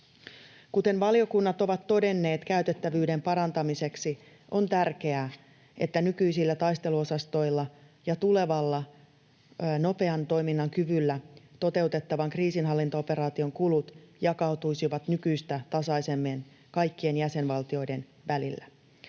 Kuten valiokunnat ovat todenneet, käytettävyyden parantamiseksi on tärkeää, että nykyisillä taisteluosastoilla ja tulevalla nopean toiminnan kyvyllä toteutettavan kriisinhallintaoperaation kulut jakautuisivat nykyistä tasaisemmin kaikkien jäsenvaltioiden välillä.